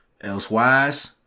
Elsewise